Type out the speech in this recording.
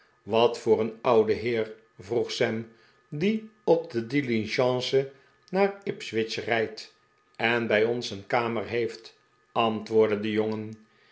wat voor een oude heer vroeg sam die op de diligence naar ipswich rijdt en bij ons een kamer heeft antwoordde de jongen